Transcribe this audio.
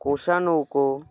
কোষা নৌকা